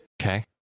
okay